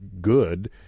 good